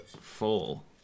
full